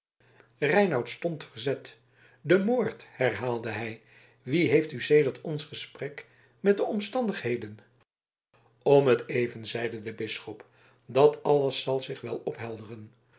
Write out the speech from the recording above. reinout stond verzet den moord herhaalde hij wie heeft u sedert ons gesprek met de omstandigheden om t even zeide de bisschop dat alles zal zich wel ophelderen